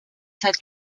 zeit